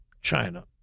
China